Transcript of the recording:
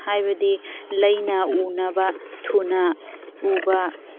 ꯍꯥꯏꯕꯗꯤ ꯂꯩꯅ ꯎꯅꯕ ꯊꯨꯅ ꯎꯕ